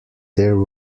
there